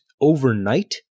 overnight